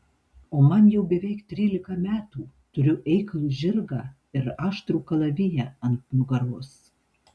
o man jau beveik trylika metų turiu eiklų žirgą ir aštrų kalaviją ant nugaros